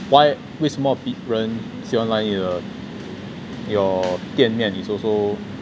why 为什么人喜欢来你的 your 店面 is also